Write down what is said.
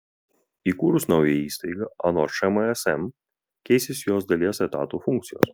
įkūrus naują įstaigą anot šmsm keisis jos dalies etatų funkcijos